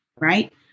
right